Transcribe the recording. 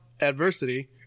adversity